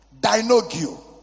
dinogio